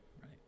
right